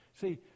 see